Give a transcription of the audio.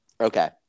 Okay